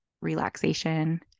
relaxation